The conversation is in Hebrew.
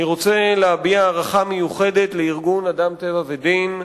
אני רוצה להביע הערכה מיוחדת לארגון "אדם טבע ודין",